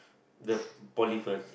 the poly first